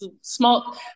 small